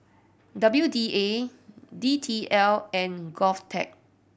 W D A D T L and GovTech